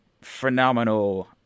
phenomenal